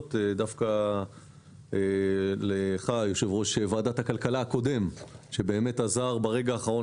להודות דווקא לך יושב ראש ועדת הכלכלה הקודם שבאמת עזר ברגע האחרון,